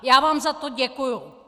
Já vám za to děkuji.